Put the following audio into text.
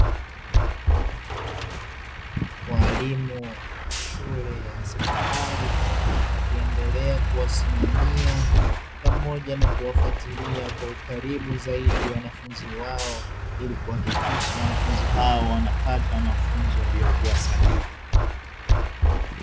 Walimu wa shule ya sekondari, wakiendelea kuwasimamia pamoja na kuwafuatilia kwa ukaribu zaidi wanafunzi wao. ili kuhakikisha wanafunzi hao wanapata mafunzo yaliyo kuwa sahihi.